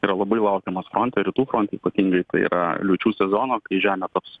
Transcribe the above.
yra labai laukiamas fronte rytų fronte ypatingai tai yra liūčių sezono kai žemė taps